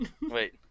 Wait